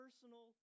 personal